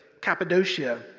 Cappadocia